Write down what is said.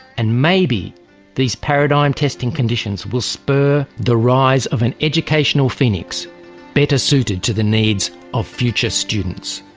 and maybe these paradigm testing conditions will spur the rise of an educational phoenix better suited to the needs of future students.